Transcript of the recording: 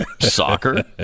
soccer